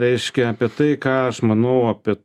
reiškia apie tai ką aš manau apie